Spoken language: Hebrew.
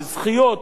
בזכיות,